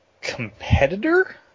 competitor